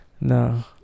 no